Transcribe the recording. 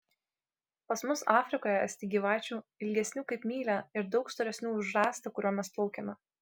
pas mus afrikoje esti gyvačių ilgesnių kaip mylia ir daug storesnių už rąstą kuriuo mes plaukiame